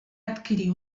adquirir